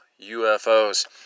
UFOs